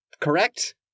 correct